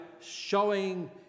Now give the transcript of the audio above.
showing